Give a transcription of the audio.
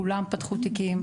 כולם פתחו תיקים,